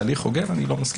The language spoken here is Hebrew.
אני לא מסכים.